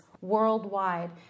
worldwide